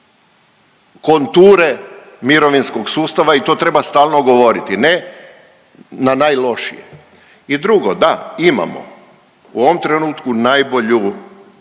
konture mirovinskog sustava i to treba stalno govoriti. Ne na najlošije. I drugo da imamo, u ovom trenutku najbolju